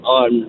on